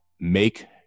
make